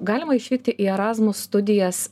galima išeit į erasmus studijas